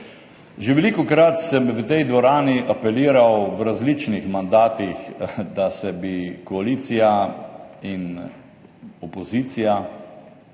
Že velikokrat sem v tej dvorani apeliral v različnih mandatih, da bi se koalicija in opozicija